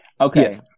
Okay